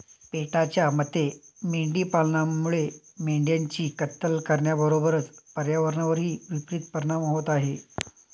पेटाच्या मते मेंढी पालनामुळे मेंढ्यांची कत्तल करण्याबरोबरच पर्यावरणावरही विपरित परिणाम होत आहे